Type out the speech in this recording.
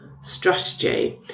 strategy